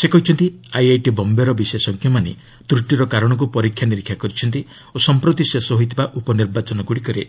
ସେ କହିଛନ୍ତି ଆଇଆଇଟି ବମ୍ପେରର ବିଶେଷଜ୍ଞମାନେ ତ୍ରଟିର କାରଣକୁ ପରୀକ୍ଷା ନିରୀକ୍ଷା କରିଛନ୍ତି ଓ ସମ୍ପ୍ରତି ଶେଷ ହୋଇଥିବା ଉପନିର୍ବାଚନଗୁଡ଼ିକରେ